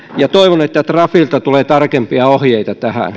ja toivon että trafilta tulee tarkempia ohjeita tähän